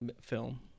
film